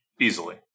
easily